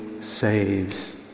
saves